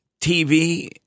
TV